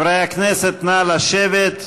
חברי הכנסת, נא לשבת.